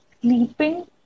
sleeping